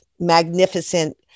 magnificent